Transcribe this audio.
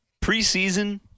preseason